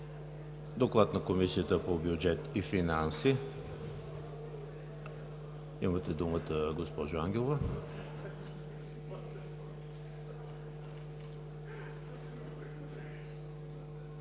Доклад на Комисията по бюджет и финанси. Имате думата, госпожо Ангелова.